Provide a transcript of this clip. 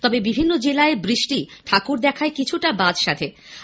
তবে বিভিন্ন জেলায় বৃষ্টি ঠাকুর দেখায় কিছুটা বাধ সেধেছে